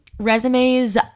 resumes